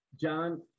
John